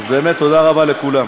אז באמת תודה רבה לכולם.